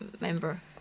member